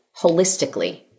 holistically